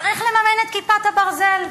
צריך לממן את "כיפת ברזל".